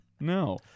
No